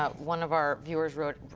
ah one of our viewers wrote,